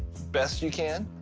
best you can.